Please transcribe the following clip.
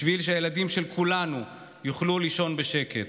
בשביל שהילדים של כולנו יוכלו לישון בשקט,